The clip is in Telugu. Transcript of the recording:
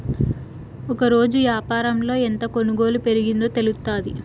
ఒకరోజు యాపారంలో ఎంత కొనుగోలు పెరిగిందో తెలుత్తాది